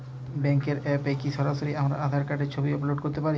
ব্যাংকের অ্যাপ এ কি সরাসরি আমার আঁধার কার্ডের ছবি আপলোড করতে পারি?